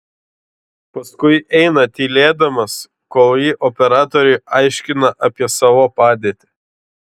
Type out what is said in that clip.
paskui eina tylėdamas kol ji operatoriui aiškina apie savo padėtį